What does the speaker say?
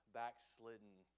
backslidden